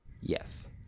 Yes